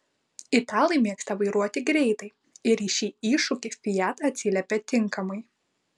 italai mėgsta vairuoti greitai ir į šį iššūkį fiat atsiliepia tinkamai